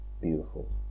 beautiful